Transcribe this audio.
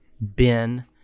Ben